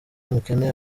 umukene